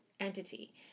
entity